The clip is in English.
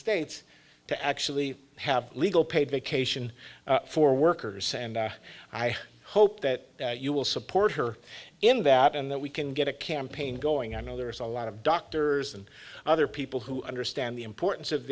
states to actually have legal paid vacation for workers and i hope that you will support her in that in that we can get a campaign going i know there is a lot of doctors and other people who understand the importance of